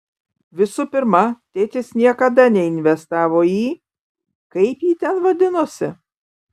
visų pirma tėtis niekada neinvestavo į kaip ji ten vadinosi